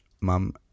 Mum